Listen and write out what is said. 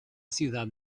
ciudad